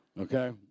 Okay